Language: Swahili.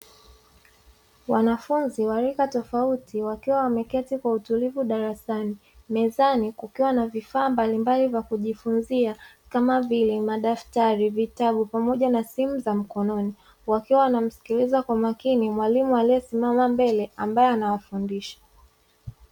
Wanafunzi wa rika tofauti wakiwa wameketi kwa utulivu darasani, mezani kukiwa na vifaa mbalimbali vya kujifunzia kama vile: madaftari, vitabu, pamoja na simu za mkononi, wakiwa wanamsikiliza kwa makini mwalimu aliyesimama mbele ambaye anawafundisha.